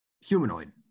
humanoid